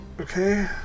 Okay